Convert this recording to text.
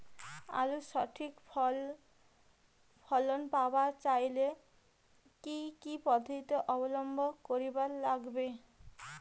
আলুর সঠিক ফলন পাবার চাইলে কি কি পদ্ধতি অবলম্বন করিবার লাগবে?